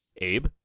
abe